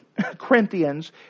Corinthians